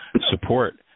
support